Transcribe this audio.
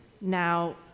now